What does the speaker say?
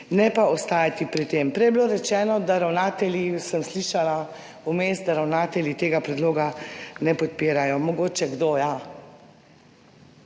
ne pa ostajati pri tem. Prej je bilo rečeno, sem slišala vmes, da ravnatelji tega predloga ne podpirajo. Mogoče kdo, ja,